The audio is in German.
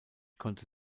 konnte